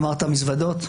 אמרת "מזוודות",